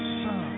sun